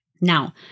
Now